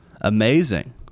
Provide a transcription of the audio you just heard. amazing